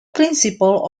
principals